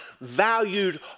valued